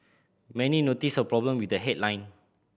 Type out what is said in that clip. many noticed a problem with the headline